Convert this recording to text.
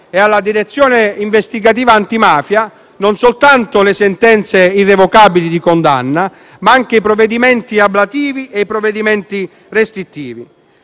e alla Direzione investigativa antimafia non soltanto le sentenze irrevocabili di condanna, ma anche i provvedimenti ablativi e restrittivi.